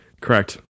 correct